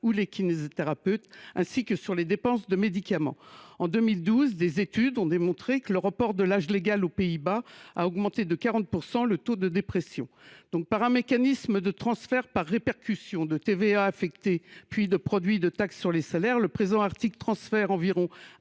les kinésithérapeutes, ainsi que sur les dépenses de médicaments. En 2012, des études ont démontré que le report de l’âge légal aux Pays Bas avait fait s’accroître de 40 % le taux de dépression. Par un mécanisme de transfert par répercussion de TVA affectée, puis de produits de taxe sur les salaires, l’article 10 transfère